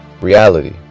reality